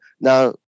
Now